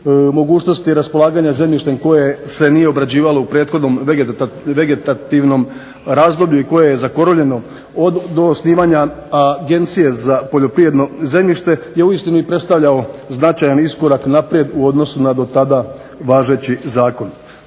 mogućnosti raspolaganja zemljištem koje se nije obrađivalo u prethodnom vegetativnom razdoblju i koje je zakoruljeno do osnivanja Agencije za poljoprivredno zemljište je uistinu i predstavljao značajan iskorak naprijed u odnosu na do tada važeći zakon.